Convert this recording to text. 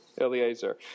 Eliezer